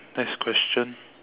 next question